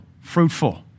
fruitful